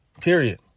Period